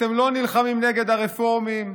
אתם לא נלחמים נגד הרפורמים,